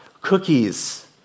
cookies